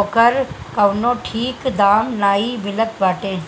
ओकर कवनो ठीक दाम नाइ मिलत बाटे